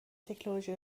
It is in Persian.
تکنولوژی